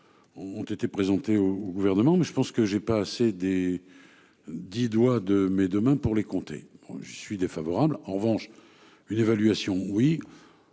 Ont été présentés au gouvernement mais je pense que j'ai pas assez des. 10 doigts de mais demain pour les compter. J'y suis défavorable en revanche une évaluation oui